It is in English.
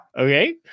Okay